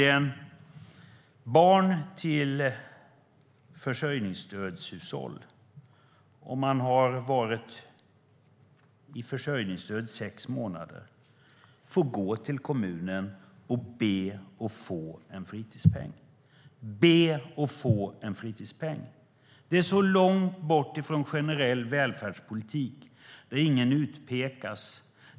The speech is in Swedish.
Barn i hushåll som under sex månader har fått försörjningsstöd får gå till kommunen och be om att få en fritidspeng. Det är så långt bort från generell välfärdspolitik där ingen utpekas.